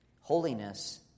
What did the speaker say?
holiness